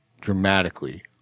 dramatically